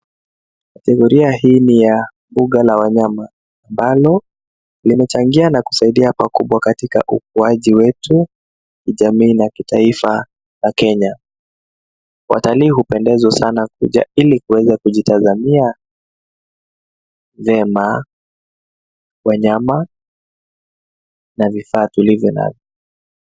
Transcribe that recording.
Kategoria hii ni ya mbuga la wanyama, ambalo limechangia na kusaidia pakubwa katika ukuaji wetu, kijamii na kitaifa la Kenya. Watalii hupendezwa sana kuja ili kuweza kujitazamia vyema wanyama na vifaa tulivyo navyo.